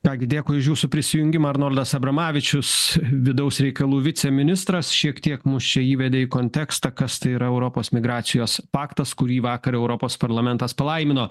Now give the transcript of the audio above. ką gi dėkui už jūsų prisijungimą arnoldas abramavičius vidaus reikalų viceministras šiek tiek mus čia įvedė į kontekstą kas tai yra europos migracijos paktas kurį vakar europos parlamentas palaimino